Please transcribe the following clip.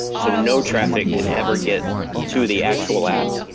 so no traffic can ever get to the actual app,